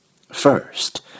First